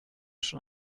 schon